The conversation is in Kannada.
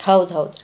ಹೌದು ಹೌದು